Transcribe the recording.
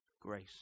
Grace